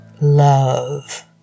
love